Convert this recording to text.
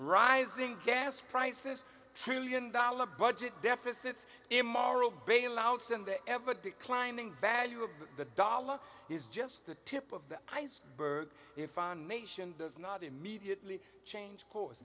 rising gas prices trillion dollar budget deficits immoral bailouts and the ever declining value of the dollar is just the tip of the iceberg if a nation does not immediately change course